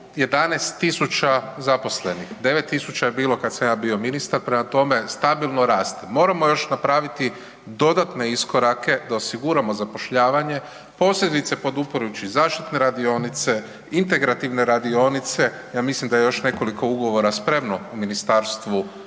11.000 zaposlenih, 9.000 je bilo kada sam ja bio ministar, prema tome stabilno raste. Moramo još napraviti dodatne iskorake da osiguramo zapošljavanje, posebice podupirući zaštitne radionice, integrativne radionice, ja mislim da je još nekoliko ugovora spremno u Ministarstvu